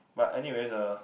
but anyways uh